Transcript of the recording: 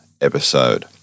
episode